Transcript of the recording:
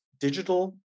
digital